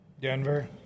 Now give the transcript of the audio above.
Denver